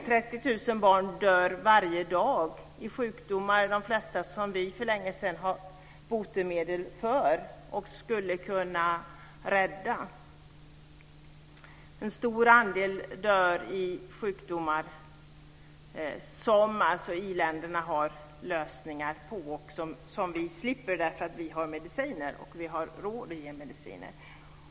30 000 barn dör varje dag i sjukdomar, och de flesta av dessa sjukdomar har vi sedan länge botemedel för - och skulle kunna rädda barn. En stor andel barn dör i sjukdomar som i-länderna har lösningar för och som vi slipper därför att vi har mediciner, och vi har råd att ge mediciner.